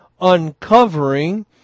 uncovering